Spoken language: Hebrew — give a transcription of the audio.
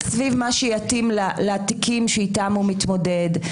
וסביב מה שיתאים לתיקים שאיתם הוא מתמודד.